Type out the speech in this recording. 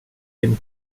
din